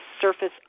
surface